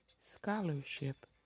Scholarship